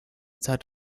zeit